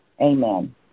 amen